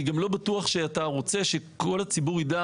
אני גם לא בטוח שאתה רוצה שכל הציבור ידע